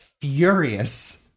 Furious